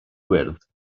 wyrdd